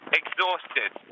exhausted